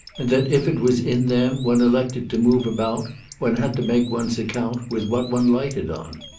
and that if it was in them one elected to move about one had to make one's account with what one lighted on.